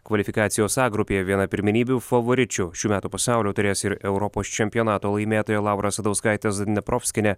kvalifikacijos a grupėje viena pirmenybių favoričių šių metų pasaulio taurės ir europos čempionato laimėtoja laura asadauskaitė zadneprovskienė